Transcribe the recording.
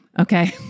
Okay